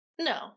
no